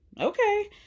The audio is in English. Okay